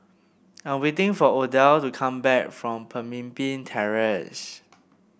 I'm waiting for Odell to come back from Pemimpin Terrace